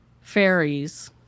fairies